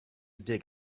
dig